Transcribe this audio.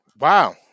Wow